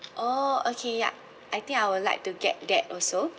oh okay ya I think I would like to get that also